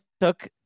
took